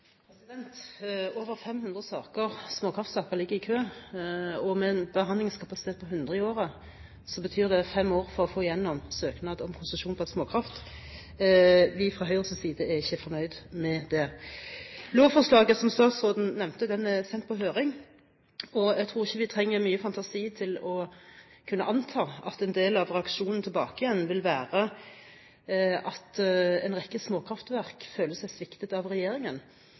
Over 500 saker – småkraftsaker – ligger i kø, og med en behandlingskapasitet på 100 i året betyr det fem år for å få igjennom en søknad om konsesjon til småkraftverk. Vi fra Høyres side er ikke fornøyd med det. Lovforslaget som statsråden nevnte, er sendt på høring. Jeg tror ikke vi trenger mye fantasi for å kunne anta at en del av reaksjonen vil være at en rekke småkraftverk føler seg sviktet av regjeringen,